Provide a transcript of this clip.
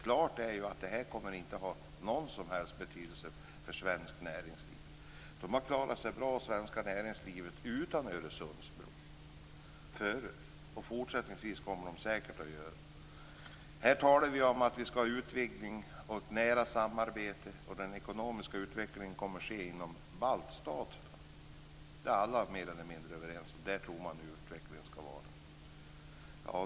Klart är ju att detta inte kommer att ha någon som helst betydelse för svenskt näringsliv. Det svenska näringslivet har tidigare klarat sig bra utan Öresundsbron och kommer säkert att göra det fortsättningsvis. Här talas det om utvidgning och nära samarbete, och den ekonomiska utvecklingen kommer att ske inom de baltiska staterna. Det är alla mer eller mindre överens om.